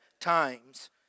times